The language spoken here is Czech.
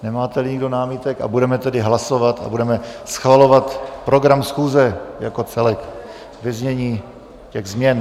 Nemáteli nikdo námitek, budeme hlasovat a budeme schvalovat program schůze jako celek ve znění těch změn.